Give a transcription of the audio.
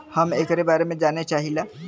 हम एकरे बारे मे जाने चाहीला?